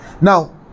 now